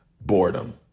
boredom